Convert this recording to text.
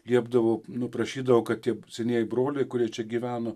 liepdavau nu prašydavau kad tie senieji broliai kurie čia gyveno